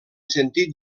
sentit